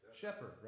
Shepherd